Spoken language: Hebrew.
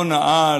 לא נאה,